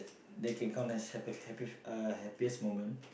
that can count as happy happy uh happiest moment